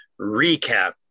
recap